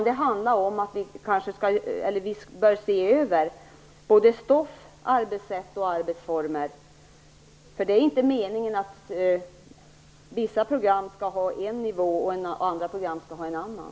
Det handlar om att vi bör se över stoff, arbetssätt och arbetsformer. Det är ju inte meningen att vissa program skall ha en nivå och andra program en annan.